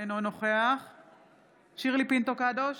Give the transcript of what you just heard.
אינו נוכח שירלי פינטו קדוש,